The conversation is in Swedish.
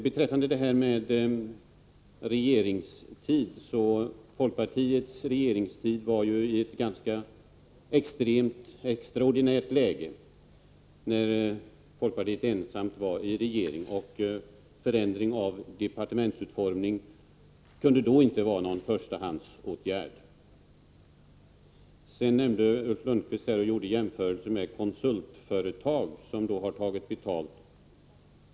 Att folkpartiet ensamt var i regeringsställning inträffade i ett ganska extremt och extraordinärt läge. En förändring av departementsutformningen kunde inte då vara någon förstahandsåtgärd. Ulf Lönnqvist gjorde jämförelser med konsultföretag, som alltid har tagit betalt.